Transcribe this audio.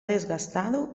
desgastado